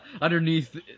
Underneath